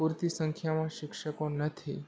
પૂરતી સંખ્યામાં શિક્ષકો નથી